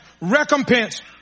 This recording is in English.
recompense